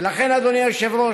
ולכן, אדוני היושב-ראש,